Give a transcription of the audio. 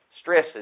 stresses